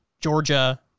Georgia